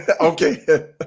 Okay